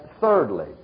thirdly